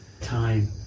time